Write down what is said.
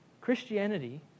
Christianity